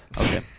Okay